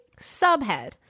Subhead